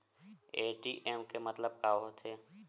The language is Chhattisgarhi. ए.टी.एम के मतलब का होथे?